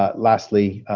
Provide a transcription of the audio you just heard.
ah lastly,